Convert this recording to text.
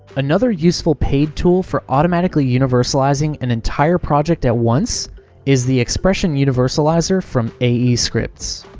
another useful paid tool for automatically universalizing an entire project at once is the expression universalizer from ae scripts.